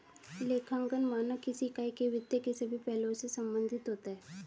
लेखांकन मानक किसी इकाई के वित्त के सभी पहलुओं से संबंधित होता है